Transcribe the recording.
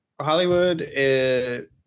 Hollywood